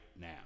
now